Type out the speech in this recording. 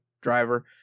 driver